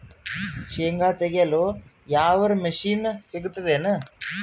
ಶೇಂಗಾ ತೆಗೆಯಲು ಯಾವರ ಮಷಿನ್ ಸಿಗತೆದೇನು?